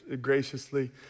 graciously